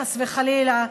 חס וחלילה,